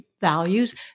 values